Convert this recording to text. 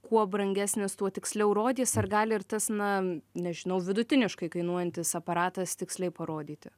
kuo brangesnis tuo tiksliau rodys ar gali ir tas na nežinau vidutiniškai kainuojantis aparatas tiksliai parodyti